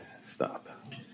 Stop